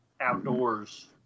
outdoors